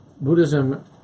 Buddhism